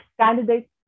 candidate's